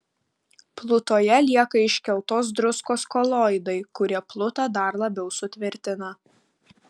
plutoje lieka iškeltos druskos koloidai kurie plutą dar labiau sutvirtina